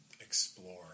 explore